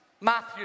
Matthew